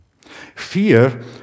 Fear